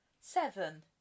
Seven